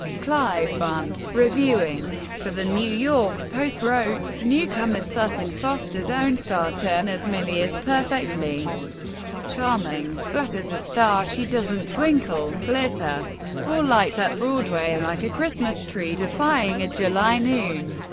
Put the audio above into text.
clive barnes, reviewing for the new york post wrote newcomer sutton foster's own star turn as millie is perfectly charming, but as a star she doesn't twinkle, glitter or light up broadway like a christmas tree defying a july noon.